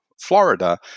Florida